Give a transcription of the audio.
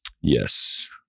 Yes